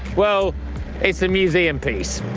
well, it's a museum piece.